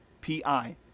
p-i